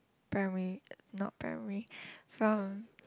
primary not primary from